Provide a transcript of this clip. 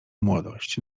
młodość